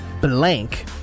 blank